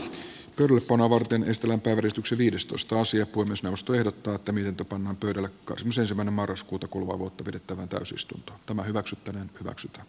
turku nuorten listalla puhdistukset viidestoista puhemiesneuvosto ehdottaa että mietintö pannaan pöydälle cosmos ensimmäinen marraskuuta kuluvaa vuotta pidettävä pääsystä tämä hyväksyttäneen kaksi t